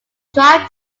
drive